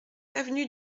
avenue